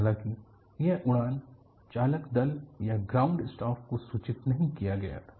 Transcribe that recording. हालांकि यह उड़ान चालक दल या ग्राउंड स्टाफ को सूचित नहीं किया गया था